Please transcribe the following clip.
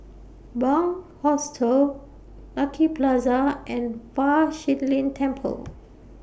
Bunc Hostel Lucky Plaza and Fa Shi Lin Temple